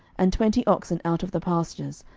and twenty oxen out of the pastures,